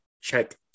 check